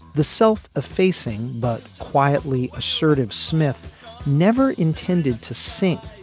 the self effacing but quietly assertive smith never intended to sing.